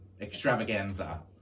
extravaganza